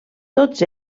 tots